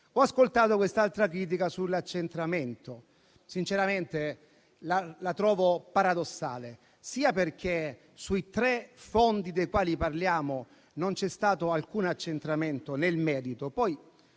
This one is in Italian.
Ho ascoltato un'altra critica sull'accentramento. Sinceramente la trovo paradossale, perché dei tre fondi dei quali parliamo non c'è stato alcun accentramento nel merito.